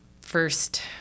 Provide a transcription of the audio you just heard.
first